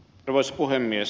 arvoisa puhemies